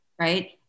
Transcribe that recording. right